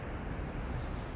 all the weirdos lah